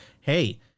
Hey